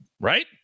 right